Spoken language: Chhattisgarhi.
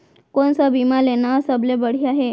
कोन स बीमा लेना सबले बढ़िया हे?